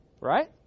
right